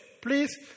please